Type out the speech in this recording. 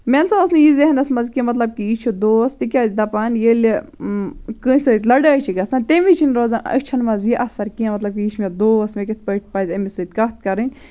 مےٚ نَسا اوس نہٕ یہِ ذہنَس منٛز کہِ مطلب کہِ یہِ چھُ دوس تِکیاٚزِ دَپان ییٚلہِ کٲنٛسہِ سۭتۍ لَڑٲے چھِ گژھان تیٚم وِز چھِنہٕ روزان أچھَن مَنٛز یہِ اَثَر کیٚنٛہہ مطلب کہِ یہِ چھِ مےٚ دوس مےٚ کِتھ پٲٹھۍ پَزِ أمِس سۭتۍ کَتھ کَرٕنۍ